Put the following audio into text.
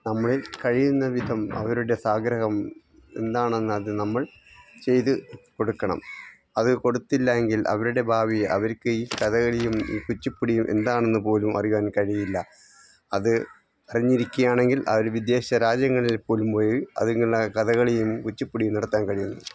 നമ്മളിൽ കഴിയുന്ന വിധം അവരുടെ ആഗ്രഹം എന്താണെന്ന് അത് നമ്മൾ ചെയ്ത് കൊടുക്കണം അത് കൊടുത്തില്ലെങ്കിൽ അവരുടെ ഭാവി അവർക്ക് ഈ കഥകളിയും ഈ കുച്ചിപ്പുടിയും എന്താണെന്ന് പോലും അറിയാൻ കഴിയില്ല അത് അറിഞ്ഞിരിക്കുക ആണെങ്കിൽ അവർ വിദേശ രാജ്യങ്ങളിൽ പോലും പോയി അതിങ്ങുള്ള കഥകളിയും കുച്ചിപ്പുടിയും നടത്താൻ കഴിയുന്നു